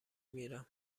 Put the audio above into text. میرم